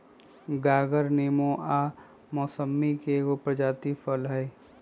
गागर नेबो आ मौसमिके एगो प्रजाति फल हइ